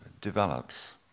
develops